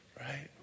right